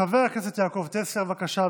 חבר הכנסת יעקב טסלר, בבקשה.